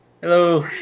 Hello